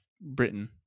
Britain